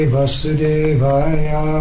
Vasudevaya